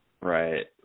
Right